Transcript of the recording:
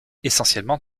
essentiellement